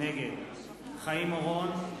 נגד חיים אורון,